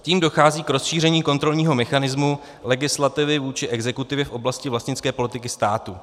Tím dochází k rozšíření kontrolního mechanismu legislativy vůči exekutivě v oblasti vlastnické politiky státu.